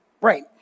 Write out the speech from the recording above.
Right